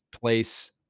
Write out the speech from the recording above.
place